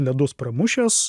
ledus pramušęs